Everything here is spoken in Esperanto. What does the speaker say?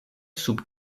sub